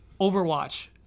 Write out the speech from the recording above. Overwatch